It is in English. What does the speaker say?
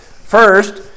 first